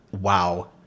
Wow